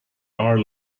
are